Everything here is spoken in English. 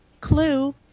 Clue